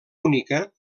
única